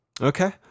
Okay